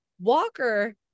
walker